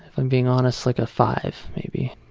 i'm being honest, like a five maybe.